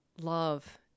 love